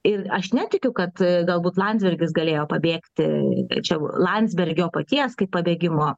ir aš netikiu kad galbūt landsbergis galėjo pabėgti tačiau landsbergio paties kaip pabėgimo